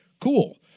Cool